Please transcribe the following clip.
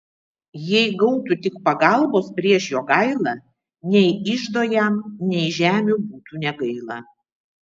jei gautų tik pagalbos prieš jogailą nei iždo jam nei žemių būtų negaila